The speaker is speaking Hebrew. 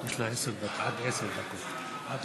עד עשר דקות, בבקשה.